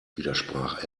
widersprach